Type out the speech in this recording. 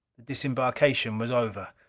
disembarkation was over.